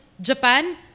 Japan